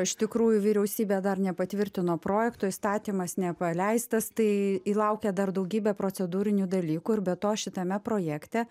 iš tikrųjų vyriausybė dar nepatvirtino projekto įstatymas nepaleistas tai į laukia dar daugybė procedūrinių dalykų ir be to šitame projekte